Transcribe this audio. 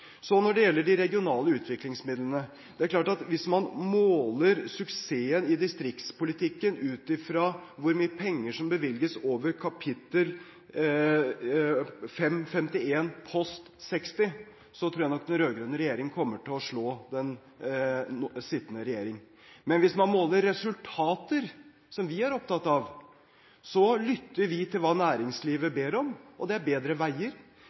Så til de regionale utviklingsmidlene. Det er klart at hvis man måler suksessen i distriktspolitikken ut fra hvor mye penger som bevilges over kapittel 551 post 60, tror jeg nok den rød-grønne regjeringen kommer til å slå den sittende regjering. Men vi er opptatt av resultater. Vi lytter til hva næringslivet ber om, og det er bedre veier.